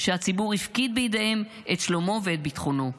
שהציבור הפקיד בידיהם את שלומו ואת ביטחונו.